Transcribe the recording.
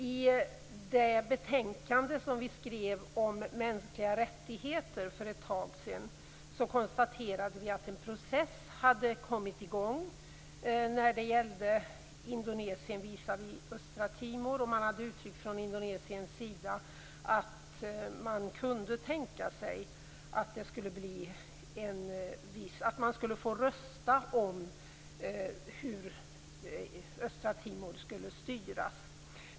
I det betänkande som vi skrev om mänskliga rättigheter för ett tag sedan konstaterade vi att en process hade kommit i gång när det gällde Indonesien visavi Östra Timor. Man hade från Indonesiens sida uttryckt att man kunde tänka sig att människor skulle få rösta om hur Östra Timor skulle styras.